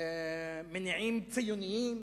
מניעים ציוניים.